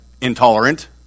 intolerant